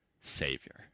Savior